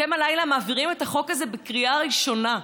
אתם הלילה מעבירים את החוק הזה בקריאה ראשונה.